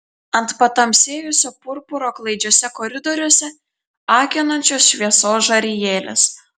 ant patamsėjusio purpuro klaidžiuose koridoriuose akinančios šviesos žarijėlės